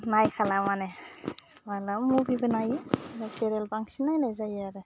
नायखाला माने मालाबा मुभिबो नायो ओमफ्राय सिरियाल बांसिन नायनाय जायो आरो